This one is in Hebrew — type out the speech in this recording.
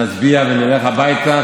נצביע ונלך הביתה?